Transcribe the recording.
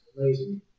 amazing